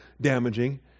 damaging